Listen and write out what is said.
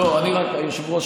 היושב-ראש,